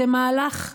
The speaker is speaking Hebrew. זה מהלך שנועד,